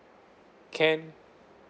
can